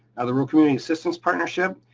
the rural community assistance partnership.